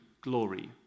glory